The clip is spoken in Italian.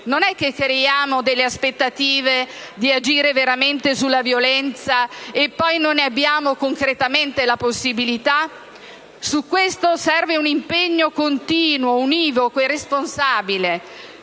non è che creiamo delle aspettative di agire veramente sulla violenza e poi non ne abbiamo concretamente la possibilità? Su questo serve un impegno continuo, univoco e responsabile.